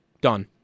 Done